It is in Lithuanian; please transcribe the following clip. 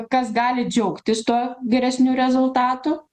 kas gali džiaugtis tuo geresniu rezultatu